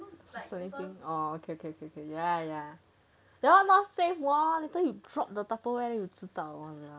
fastening thing oh okay okay okay okay ya ya that [one] not safe [one] while later you drop 的 tupperware then you 知道 one !walao!